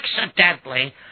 accidentally